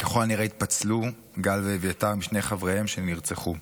ככל הנראה התפצלו גל ואביתר משני חבריהם שנרצחו.